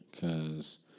Cause